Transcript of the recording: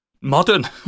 modern